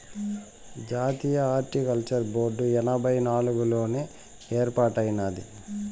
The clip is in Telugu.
జాతీయ హార్టికల్చర్ బోర్డు ఎనభై నాలుగుల్లోనే ఏర్పాటైనాది